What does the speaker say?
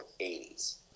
80s